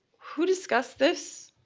who discussed this?